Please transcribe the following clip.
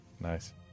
Nice